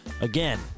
again